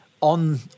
on